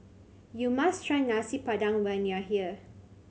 you must try Nasi Padang when you are here